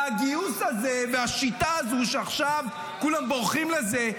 הגיוס הזה והשיטה הזו שעכשיו כולם בורחים לזה,